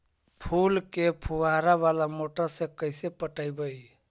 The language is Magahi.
फूल के फुवारा बाला मोटर से कैसे पटइबै?